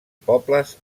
pobles